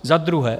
Za druhé.